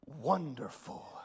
wonderful